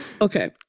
Okay